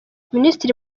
minisitiri